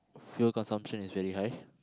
fuel consumption is very high